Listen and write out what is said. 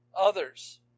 Others